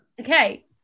Okay